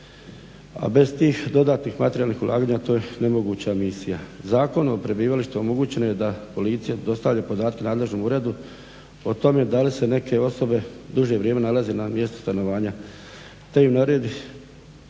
A bez tih dodatnih materijalnih ulaganja to je nemoguća misija. Zakonom o prebivalištu omogućeno je da Policija dostavlja podatke nadležnom uredu o tome da li se neke osobe duže vrijeme nalaze na mjestu stanovanja te im nadležni